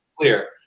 clear